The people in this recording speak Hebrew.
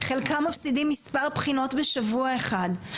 חלקם מפסידים מספר בחינות בשבוע אחד,